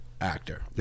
actor